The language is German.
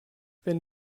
wenn